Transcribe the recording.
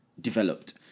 developed